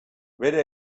bere